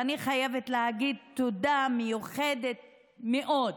ואני חייבת להגיד תודה מיוחדת מאוד